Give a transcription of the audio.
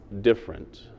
different